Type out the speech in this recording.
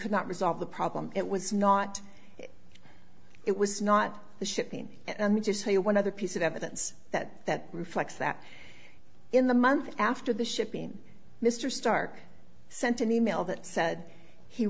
could not resolve the problem it was not it was not the shipping and just show you one other piece of evidence that that reflects that in the months after the shipping mr starke sent an e mail that said he